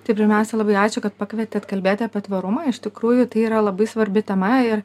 tai pirmiausia labai ačiū kad pakvietėt kalbėti apie tvarumą iš tikrųjų tai yra labai svarbi tema ir